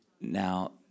Now